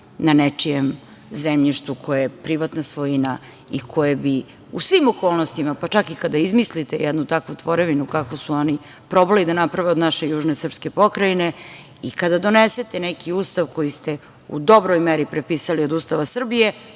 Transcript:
na nečijem zemljištu koje je privatna svojina i koje bi u svim okolnostima, pa čak i kada izmislite jednu takvu tvorevinu kakvu su oni probali da naprave od naše južne srpske pokrajine, i kada donesete neki ustav koji ste u dobroj meri prepisali od Ustava Srbije,